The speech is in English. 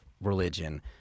religion